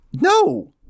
No